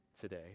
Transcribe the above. today